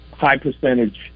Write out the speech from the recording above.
high-percentage